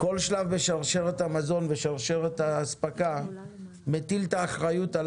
כל שלב בשרשרת המזון ושרשרת האספקה מטיל את האחריות על